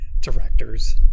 Directors